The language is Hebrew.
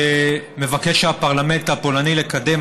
שמבקש הפרלמנט הפולני לקדם,